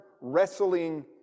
wrestling